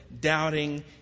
doubting